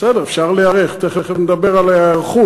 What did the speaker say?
בסדר, אפשר להיערך, תכף נדבר על ההיערכות.